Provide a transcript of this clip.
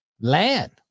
land